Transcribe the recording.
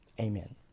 Amen